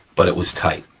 but it was tight,